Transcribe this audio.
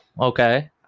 okay